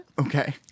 Okay